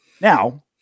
Now